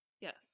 Yes